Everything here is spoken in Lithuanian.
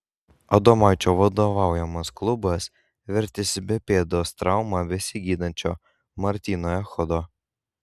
adomaičio vadovaujamas klubas vertėsi be pėdos traumą besigydančio martyno echodo